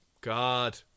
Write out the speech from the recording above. God